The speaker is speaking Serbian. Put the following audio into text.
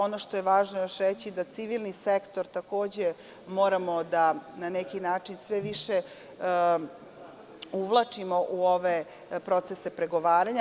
Ono što je važno još reći je da civilni sektor takođe moramo da, na neki način, sve više uvlačimo u ove procese pregovaranja.